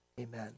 Amen